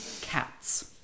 cats